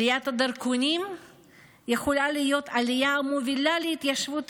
עליית הדרכונים יכולה להיות עלייה המובילה להתיישבות